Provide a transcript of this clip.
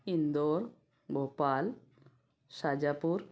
Indore Bhopal Sajapur